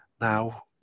Now